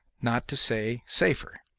not to say safer.